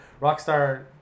Rockstar